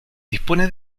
dispone